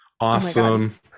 awesome